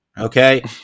okay